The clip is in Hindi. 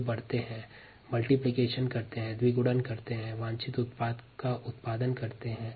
ये जीव वृद्धि और गुणन करते हैं और वांछित उत्पाद का निर्माण करते हैं